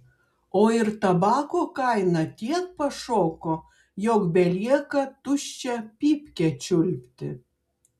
o ir tabako kaina tiek pašoko jog belieka tuščią pypkę čiulpti